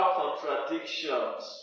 contradictions